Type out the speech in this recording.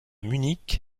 munich